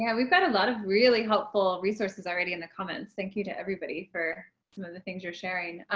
yeah we've got a lot of really helpful resources already in the comments. thank you to everybody for some of the things you're sharing.